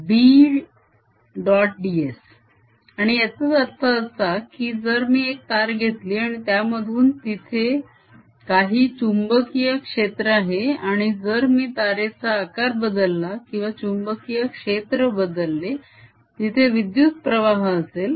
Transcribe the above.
ds आणि याचाच अर्थ असा की जर मी एक तार घेतली आणि त्यामधून तिथे काही चुंबकीय क्षेत्र आहे आणि जर मी तारेचा आकार बदलला किंवा चुंबकीय क्षेत्र बदलले तिथे विद्युत्प्रवाह असेल